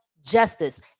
Justice